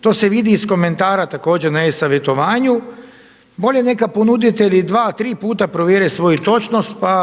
To se vidi iz komentara također na e savjetovanju. Bolje neka ponuditelji dva, tri puta provjere svoju točnost pa